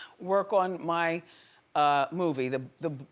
work on my movie, the, the,